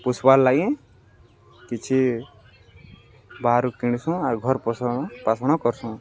ପୋଷବାର୍ ଲାଗି କିଛି ବାହାରୁ କିଣିସୁଁ ଆଉ ଘର ପୋଷ ପାସଣ କରସୁଁ